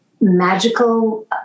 magical